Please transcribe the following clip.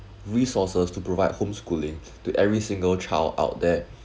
resources to provide home schooling to every single child out there